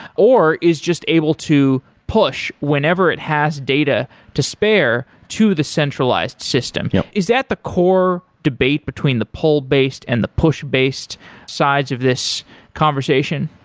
or is just able to push whenever it has data to spare to the centralized system? yeah is that the core debate between the pull-based and the push-based sides of this conversation?